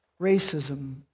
racism